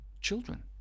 children